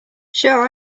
sure